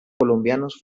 colombianos